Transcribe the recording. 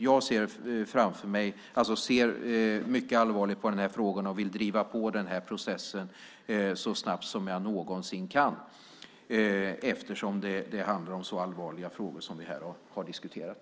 Jag ser mycket allvarligt på den här frågan och vill driva på processen så mycket som jag någonsin kan, eftersom det handlar om så allvarliga frågor som de vi här har diskuterat.